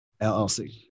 LLC